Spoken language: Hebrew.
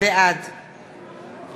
בעד